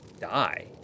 die